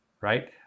right